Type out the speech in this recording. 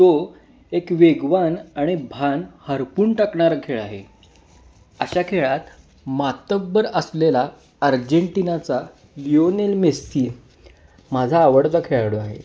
तो एक वेगवान आणि भान हरपून टाकणारा खेळ आहे अशा खेळात मातब्बर असलेला अर्जेंटिनाचा लिओनल मेस्सी माझा आवडता खेळाडू आहे